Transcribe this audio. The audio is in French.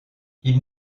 ils